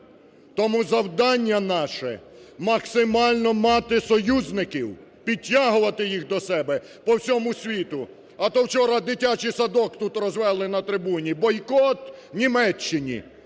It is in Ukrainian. Тому завдання наше – максимально мати союзників, підтягувати їх до себе по всьому світу. А то вчора дитячий садок тут розвели на трибуні – бойкот Німеччині.